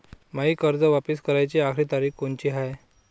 मायी कर्ज वापिस कराची आखरी तारीख कोनची हाय?